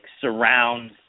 surround